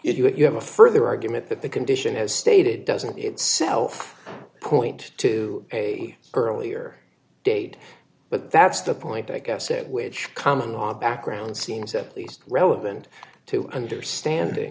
if you have a further argument that the condition as stated doesn't itself point to a earlier date but that's the point i guess which common on background seems at least relevant to understanding